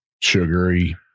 Sugary